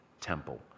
temple